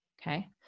Okay